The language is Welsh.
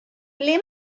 ble